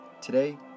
Today